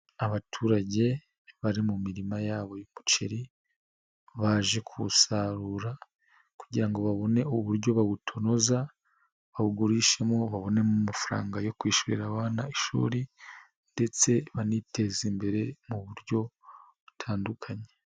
Abaturage bari mu mirima yabo y'umuceri baje kuwusarura, kugira ngo babone uburyo bawutonoza bawugurishe, babone amafaranga yo kwishyurira abana ishuri, ndetse baniteze imbere, mu buryo butandukanye.